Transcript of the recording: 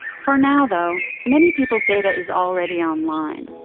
for now though, many people's data is already online,